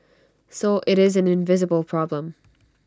so IT is an invisible problem